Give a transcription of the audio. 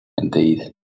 Indeed